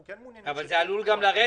אנחנו כן מעוניינים --- אבל זה עלול גם לרדת,